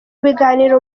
biganiro